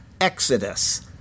Exodus